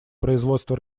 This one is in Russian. производство